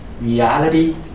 reality